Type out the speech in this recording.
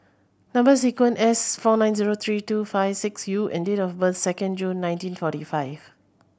number sequence S four nine zero three two five six U and date of birth second June nineteen forty five